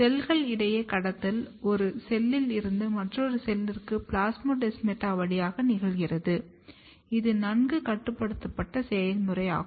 செல்கள் இடையே கடத்தல் ஒரு செல்லில் இருந்து மற்றொரு செல்லிற்கு பிளாஸ்மோடெஸ்மாடா வழியாக நிகழ்கிறது இது நன்கு கட்டுப்படுத்தப்பட்ட செயல்முறையாகும்